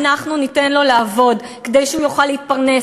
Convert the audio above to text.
אנחנו ניתן לו לעבוד כדי שהוא יוכל להתפרנס,